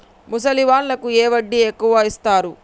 ముసలి వాళ్ళకు ఏ వడ్డీ ఎక్కువ ఇస్తారు?